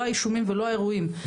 לא האישומים ולא האירועים,